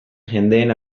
jendeen